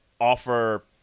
offer